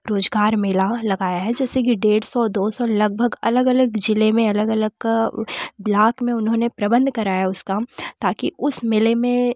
बेरोज़गार मेला लगाया है जैसे कि जैसे कि डेढ़ सौ दो सौ लगभग अलग ज़िले में अलग अलग लाख में उन्होंने प्रबंध कराया उसका ताकि उस मेले में